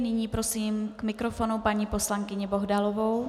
Nyní prosím k mikrofonu paní poslankyni Bohdalovou.